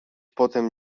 potem